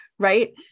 right